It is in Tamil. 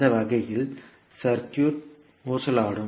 அந்த வகையில் சர்க்யூட் ஊசலாடும்